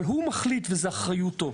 אבל הוא מחליט וזו אחריותו,